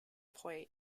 point